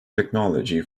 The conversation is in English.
technology